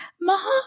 mom